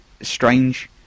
strange